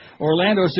Orlando